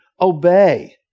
obey